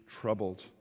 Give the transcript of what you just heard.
troubled